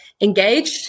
engaged